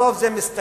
בסוף זה מסתיים.